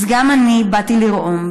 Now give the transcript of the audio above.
אז גם אני באתי לרעום,